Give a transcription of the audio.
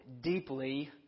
deeply